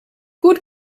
gut